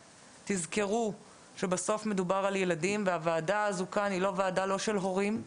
תזכרו שבסוף מדובר על ילדים והוועדה הזו היא לא וועדה של הורים,